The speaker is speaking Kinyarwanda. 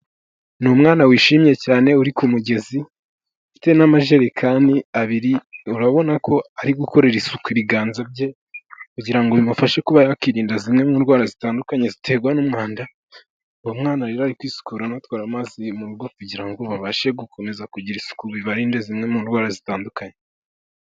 Ni umwana wishimye cyane uri ku mugezi, ufite n'amajerekani abiri urabona ko ari gukorera isuku ibiganza bye kugira ngo bimufashe kuba yakirinda zimwe mu ndwara zitandukanye ziterwa n'umwanda, uwo mwana rero ari kwisukura no gutwara amazi mu rugo kugira ngo babashe gukomeza kugira isuku bibarinde zimwe mu ndwara zitandukanye.